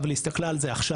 אבל היא הסתכלה על זה עכשיו,